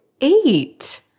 eight